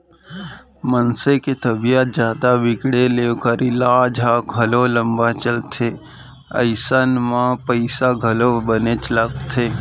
मनसे के तबीयत जादा बिगड़े ले ओकर ईलाज ह घलौ लंबा चलथे अइसन म पइसा घलौ बनेच लागथे